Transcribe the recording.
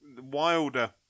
Wilder